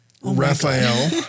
Raphael